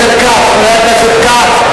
חבר הכנסת כץ,